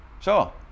Sure